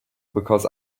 because